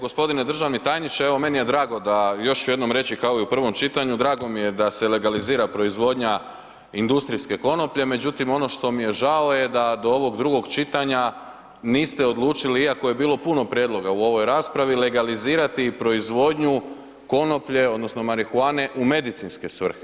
Gospodine državni tajniče, evo meni je drago, da još ću jednom reći, kao i u pravom čitanju, drago mi je da se legalizira proizvodnja industrijske konoplje, međutim, ono što mi je žao da do ovog drugog čitanja, niste odlučili, iako je bilo puno prijedloga u ovoj raspravi, legalizirati proizvodnju konoplje, odnosno, marihuane u medicinske svrhe.